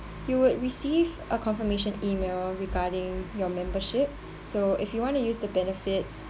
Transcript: you would receive a confirmation email regarding your membership so if you want to use the benefits